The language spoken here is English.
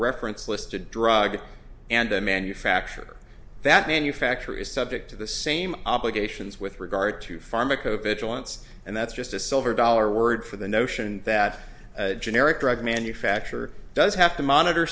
reference list a drug and a manufacturer that manufacture is subject to the same obligations with regard to pharmacovigilance and that's just a silver dollar word for the notion that generic drug manufacturer does have to monitor